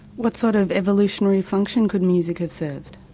what sort of evolutionary function could music have served?